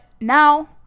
now